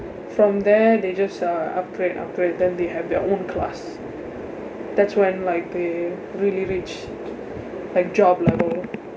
from there they just uh upgrade upgrade than they have their own class that's when like they really reach like job level